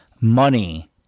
money